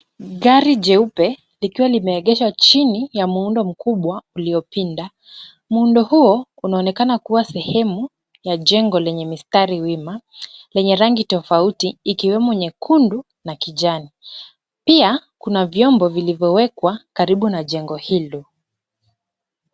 Gari jeupe lililoegeshwa chini la muundo mkubwa uliopinda. Muundo huo unaonekana kuwa sehemu ya jengo lenye mistari wima yenye rangi tofauti ikiwemo nyekundu na kijani. Pia kuna vyombo vilivyowekwa karibu na jengo hilo.